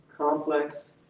complex